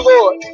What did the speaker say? Lord